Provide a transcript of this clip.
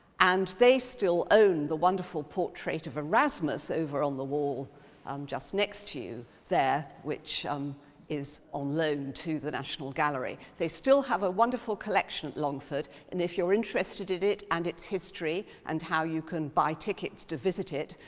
and they still own the wonderful portrait of erasmus over on the wall um just next to you there, which um is on loan to the national gallery. they still have a wonderful collection at longford, and if you're interested in it and its history and how you can buy tickets to visit it,